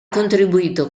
contribuito